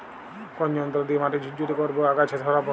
কোন যন্ত্র দিয়ে মাটি ঝুরঝুরে করব ও আগাছা সরাবো?